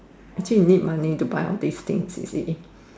actually need money to buy all these things you see